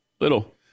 little